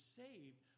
saved